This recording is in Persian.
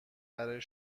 برای